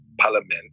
parliament